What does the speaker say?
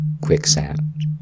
quicksand